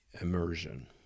immersion